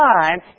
time